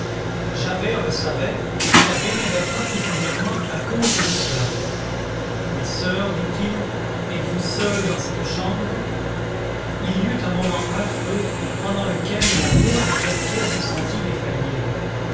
javert le savait et la vénérait particulièrement à cause de cela ma soeur dit-il êtes-vous seule dans cette chambre il y eut un moment affreux pendant lequel la pauvre portière se sentit